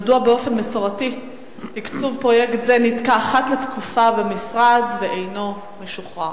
2. מדוע תקצוב פרויקט זה נתקע במשרד באופן מסורתי